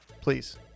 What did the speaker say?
please